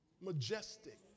Majestic